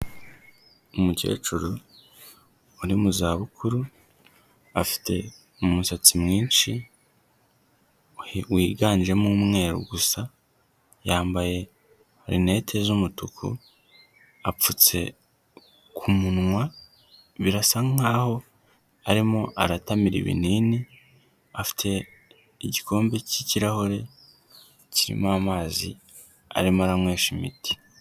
Umukecuru uri mu za bukuru afite umusatsi mwinshi wiganjemo umweru gusa, yambaye rinete z'umutuku apfutse ku munwa birasa nk'aho arimo aratamira ibinini afite igikombe cy'ikirahure kirimo amazi arimo aranywesha imiti.